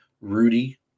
rudy